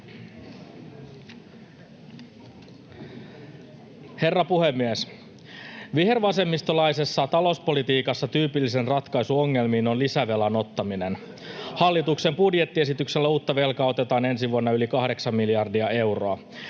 Herra puhemies! Vihervasemmistolaisessa talouspolitiikassa tyypillisin ratkaisu ongelmiin on lisävelan ottaminen. Hallituksen budjettiesityksellä uutta velkaa otetaan ensi vuonna yli kahdeksan miljardia euroa.